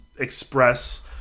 Express